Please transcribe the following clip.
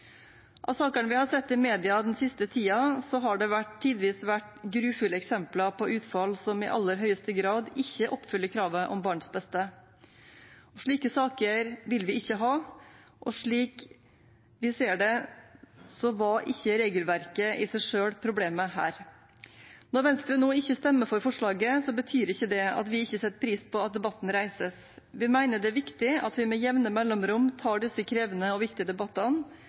Av sakene vi har sett i mediene den siste tiden, har det tidvis vært grufulle eksempler på utfall som i aller høyeste grad ikke oppfyller kravet om barns beste. Slike saker vil vi ikke ha, og slik vi ser det, var ikke regelverket i seg selv problemet her. Når Venstre nå ikke stemmer for forslaget, betyr ikke det at vi ikke setter pris på at debatten reises. Vi mener det er viktig at vi med jevne mellomrom tar disse krevende og viktige debattene.